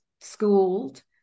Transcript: schooled